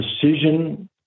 precision